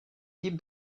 type